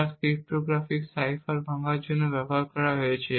যা cryptographic cipher ভাঙ্গার জন্য ব্যবহার করা হয়েছে